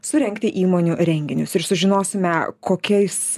surengti įmonių renginius ir sužinosime kokiais